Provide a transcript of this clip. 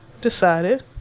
decided